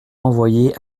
envoyer